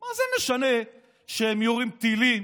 מה זה משנה שהם יורים טילים